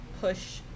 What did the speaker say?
push